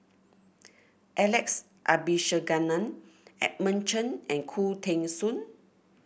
Alex Abisheganaden Edmund Chen and Khoo Teng Soon